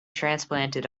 transplanted